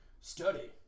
Study